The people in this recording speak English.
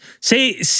Say